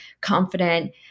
confident